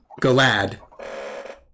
Galad